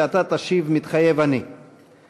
ואתה תשיב: מתחייב אני;